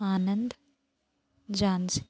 Anand Jhansi